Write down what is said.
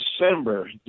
December